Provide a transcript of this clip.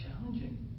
challenging